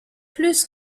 plus